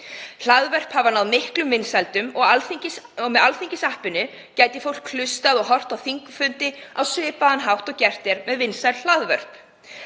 Hlaðvörp hafa náð miklum vinsældum og með Alþingisappinu gæti fólk hlustað og horft á þingfundi á svipaðan hátt og gert er með vinsæl hlaðvörp.